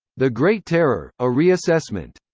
the great terror a reassessment.